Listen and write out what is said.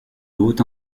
haut